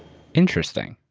interesting.